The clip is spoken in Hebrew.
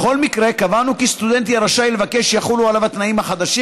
בכל מקרה קבענו כי סטודנט יהיה רשאי לבקש שיחולו עליו התנאים החדשים,